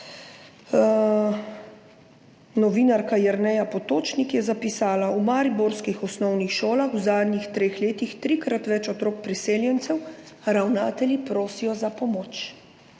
novinarka Jerneja Potočnik je zapisala: »V mariborskih osnovnih šolah v zadnjih treh letih trikrat več otrok priseljencev. Ravnatelji prosijo za pomoč.«